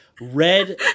red